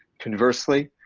conversely,